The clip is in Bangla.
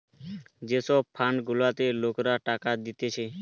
যে সব ফান্ড গুলাতে লোকরা টাকা দিতেছে